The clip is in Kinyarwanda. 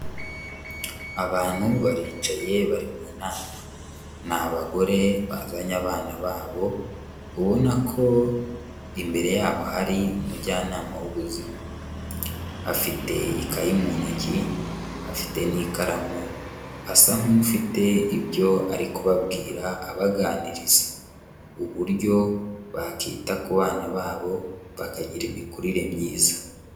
Abantu baricaye bari mu nama, ni abagore bazanye abana babo ubona ko imbere yabo hari umujyanama w'ubuzima, afite ikayi mu ntoki, afite n'ikaramu, asa nk'ufite ibyo ari kubabwira abaganiriza, uburyo bakita ku bana babo bakagira imikurire myiza.